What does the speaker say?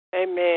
Amen